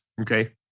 Okay